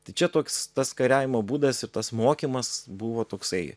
tai čia toks tas kariavimo būdas ir tas mokymas buvo toksai